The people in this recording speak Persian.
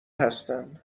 هستن